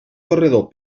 corredor